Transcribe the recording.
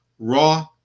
Raw